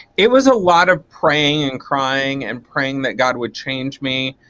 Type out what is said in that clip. it was a lot of praying and crying and praying that god would change me.